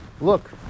look